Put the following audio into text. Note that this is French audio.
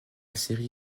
série